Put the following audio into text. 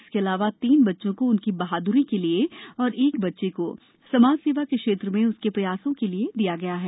इसके अलावा तीन बच्चों को उनकी बहाद्री के लिए और एक बच्चे को समाज सेवा के क्षेत्र में उसके प्रयासों के लिए दिया गया है